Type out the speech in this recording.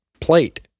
plate